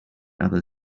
other